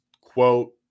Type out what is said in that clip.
quote